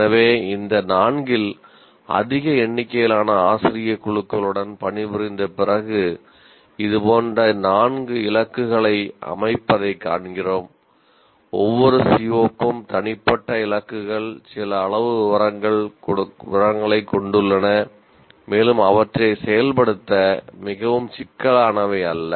எனவே இந்த 4 ல் அதிக எண்ணிக்கையிலான ஆசிரியக் குழுக்களுடன் பணிபுரிந்த பிறகு இது போன்ற 4 இலக்குகளை அமைப்பதைக் காண்கிறோம் ஒவ்வொரு CO க்கும் தனிப்பட்ட இலக்குகள் சில அளவு விவரங்களைக் கொண்டுள்ளன மேலும் அவற்றை செயல்படுத்த மிகவும் சிக்கலானவை அல்ல